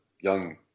young